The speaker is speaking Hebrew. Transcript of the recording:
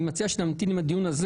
אני מציע שנמתין עם הדיון הזה.